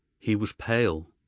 he was pale,